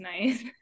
nice